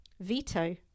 veto